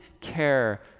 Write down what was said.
care